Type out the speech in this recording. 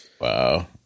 Wow